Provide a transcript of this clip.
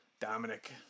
Dominic